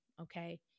Okay